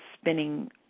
spinning